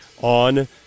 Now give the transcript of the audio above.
on